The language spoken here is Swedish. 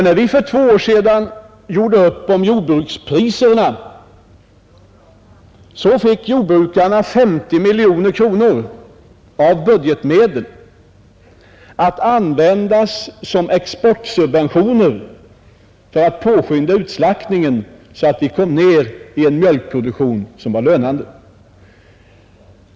När vi för två år sedan gjorde upp om jordbrukspriserna fick nämligen jordbrukarna 50 miljoner kronor av budgetmedel, att användas som exportsubventioner för att påskynda utslaktningen, så att vi kom ned i en mjölkproduktion som var lönande.